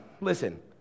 listen